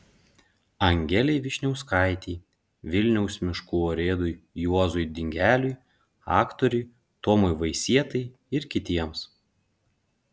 angelei vyšniauskaitei vilniaus miškų urėdui juozui dingeliui aktoriui tomui vaisietai ir kitiems